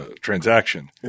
transaction